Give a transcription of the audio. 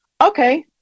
okay